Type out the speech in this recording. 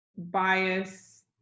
bias